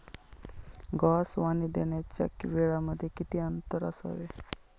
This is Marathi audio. गव्हास पाणी देण्याच्या वेळांमध्ये किती अंतर असावे?